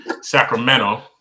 Sacramento